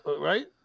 right